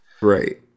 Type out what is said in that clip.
Right